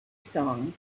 song